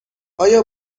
آیا